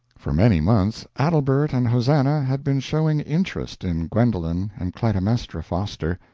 for many months adelbert and hosannah had been showing interest in gwendolen and clytemnestra foster,